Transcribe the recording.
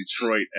Detroit